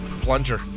plunger